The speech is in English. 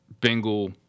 Bengal